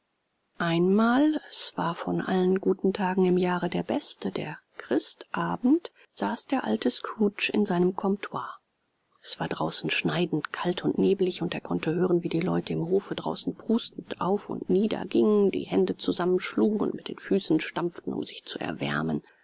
einmal es war von allen guten tagen im jahre der beste der christabend saß der alte scrooge in seinem comptoir es war draußen schneidend kalt und nebelig und er konnte hören wie die leute im hofe draußen prustend auf und nieder gingen die hände zusammenschlugen und mit den füßen stampften um sich zu erwärmen